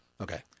Okay